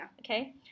Okay